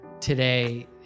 today